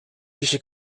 kişi